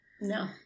No